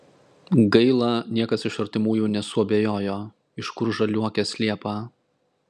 gaila niekas iš artimųjų nesuabejojo iš kur žaliuokės liepą